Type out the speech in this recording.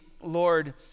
Lord